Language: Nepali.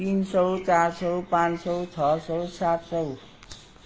तिन सय चार सय पाँच सय छ सय सात सय